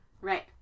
Right